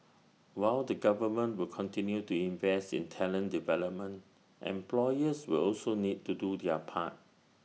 while the government will continue to invest in talent development employers will also need to do their part